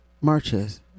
marches